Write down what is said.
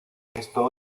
esto